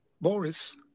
Boris